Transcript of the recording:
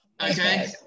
Okay